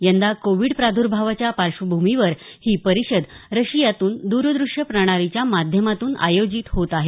यंदा कोविड प्राद्भावाच्या पार्श्वभूमीवर ही परिषद रशियातून द्रदृश्य प्रणालीच्या माध्यमातून आयोजित होत आहे